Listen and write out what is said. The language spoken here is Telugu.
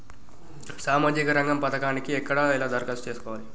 సామాజిక రంగం పథకానికి ఎక్కడ ఎలా దరఖాస్తు చేసుకోవాలి?